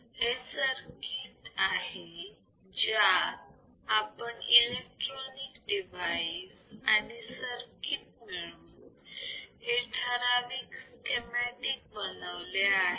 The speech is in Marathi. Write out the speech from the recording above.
हे सर्किट आहे ज्यात आपण इलेक्ट्रॉनिक डिवाइस आणि सर्किट मिळून हे ठराविक स्केमॅटिक बनवले आहे